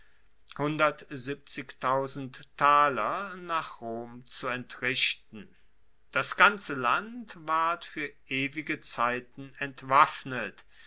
nach rom zu entrichten das ganze land ward fuer ewige zeiten entwaffnet